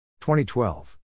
2012